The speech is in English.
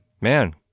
man